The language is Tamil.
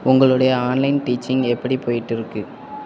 உங்களோடய ஆன்லைன் டீச்சிங் எப்படி போயிட்டு இருக்குது